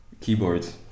keyboards